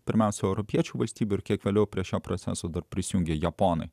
pirmiausia europiečių valstybių ir kiek vėliau prie šio proceso prisijungė japonai